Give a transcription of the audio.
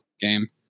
game